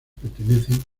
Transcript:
pertenecen